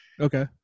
Okay